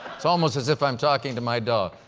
it's almost as if i'm talking to my dog.